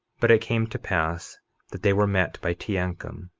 but it came to pass that they were met by teancum,